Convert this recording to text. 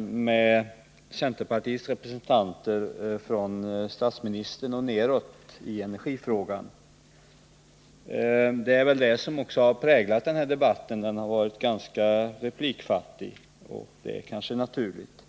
med centerns representanter, från statsministern och nedåt, i energifrågan. Det är väl också det som har präglat den här debatten. Den har varit ganska replikfattig, och det är kanske naturligt.